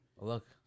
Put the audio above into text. Look